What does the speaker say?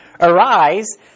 Arise